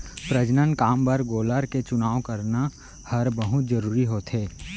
प्रजनन काम बर गोलर के चुनाव करना हर बहुत जरूरी होथे